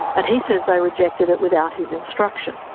and he says they rejected it without his instructions.